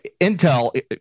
Intel